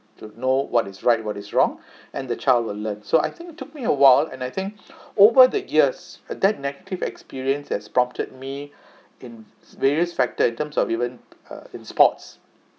to know what is right what is wrong and the child will learn so I think it took me a while and I think over the years that negative experience as prompted me in various factor in terms of even uh in sports